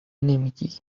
نمیگی